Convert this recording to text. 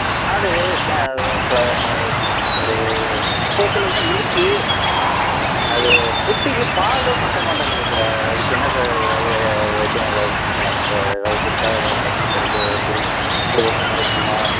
ஆடு ச இப்போ ஒரு பக்குவத்தில் தான் இருக்குது அது குட்டிக்கு பாலும் பத்த மாட்டேங்கிதே சார் அதுக்கு என்ன சார் ஏதாவது ஐ வைத்தியம் ஏதாவது பண்ணலாமா சார் ஏதாவது கொடுத்தா ஏதாவது பால் கிடைக்க இப்போது புதுசாக கிடைக்குமா